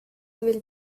will